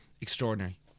Extraordinary